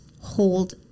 hold